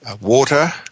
water